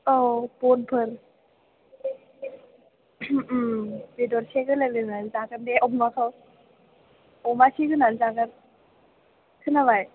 औ बनफोर बेदर एसे होलायलायनानै जागोन दे अनलाखौ अमा इसे होनानै जागोन खोनाबाय